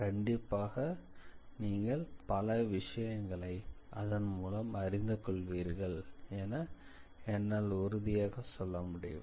கண்டிப்பாக நீங்கள் பல விஷயங்களை அதன் மூலம் அறிந்து கொள்வீர்கள் என என்னால் உறுதியாக சொல்ல முடியும்